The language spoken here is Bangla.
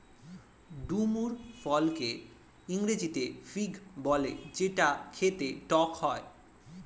ডুমুর ফলকে ইংরেজিতে ফিগ বলে যেটা খেতে টক হয়